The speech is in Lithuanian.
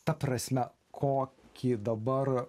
ta prasme kokį dabar